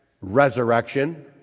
resurrection